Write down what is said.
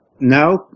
Now